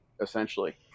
essentially